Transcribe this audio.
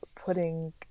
putting